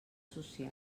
social